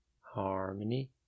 harmony